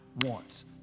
wants